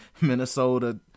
Minnesota